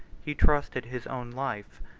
he trusted his own life,